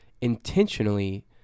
intentionally